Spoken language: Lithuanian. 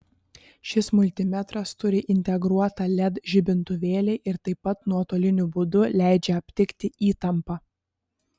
šis multimetras turi integruotą led žibintuvėlį ir taip pat nuotoliniu būdu leidžia aptikti įtampą